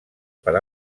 per